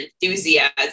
enthusiasm